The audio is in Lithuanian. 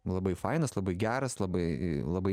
labai fainas labai geras labai labai